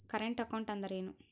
Current account ಅಂದರೇನು?